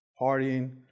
partying